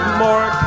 more